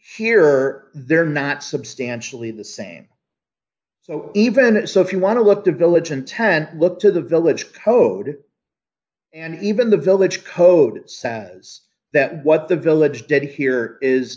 here they're not substantially the same so even and so if you want to look at the village intent look to the village code and even the village code says that what the village did here is